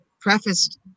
prefaced